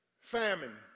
Famine